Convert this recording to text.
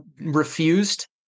refused